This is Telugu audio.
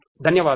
ధన్యవాదాలు